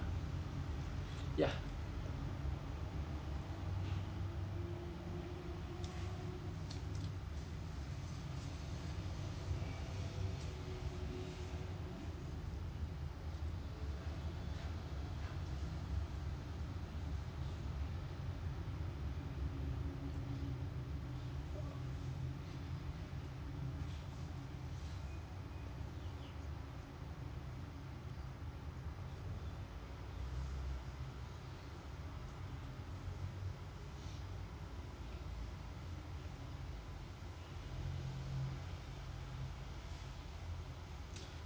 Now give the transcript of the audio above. ya